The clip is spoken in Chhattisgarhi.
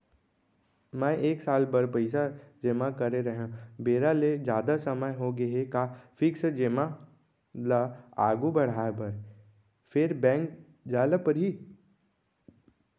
मैं एक साल बर पइसा जेमा करे रहेंव, बेरा ले जादा समय होगे हे का फिक्स जेमा ल आगू बढ़ाये बर फेर बैंक जाय ल परहि?